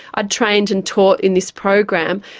i had trained and taught in this program.